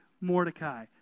Mordecai